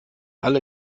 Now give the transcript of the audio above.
alle